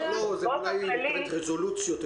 --- היא מתכוונת לרזולוציות.